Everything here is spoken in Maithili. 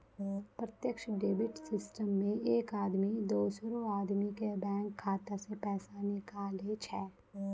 प्रत्यक्ष डेबिट सिस्टम मे एक आदमी दोसरो आदमी के बैंक खाता से पैसा निकाले छै